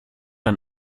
ein